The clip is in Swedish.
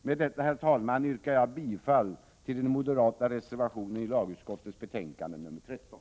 Med det anförda, herr talman, yrkar jag bifall till den moderata reservationen i lagutskottets betänkande nr 13.